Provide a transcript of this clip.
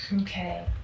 Okay